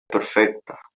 perfecta